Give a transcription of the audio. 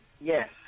Yes